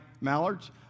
mallards